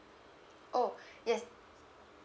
oh yes